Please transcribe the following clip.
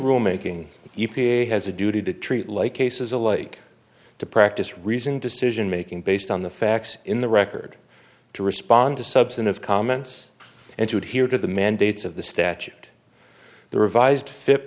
rule making e p a has a duty to treat like cases alike to practice reasoned decision making based on the facts in the record to respond to substantive comments and to adhere to the mandates of the statute the revised fi